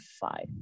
five